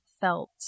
felt